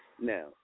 Now